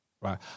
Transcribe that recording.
Right